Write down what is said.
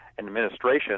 Administration